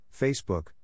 Facebook